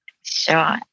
Sure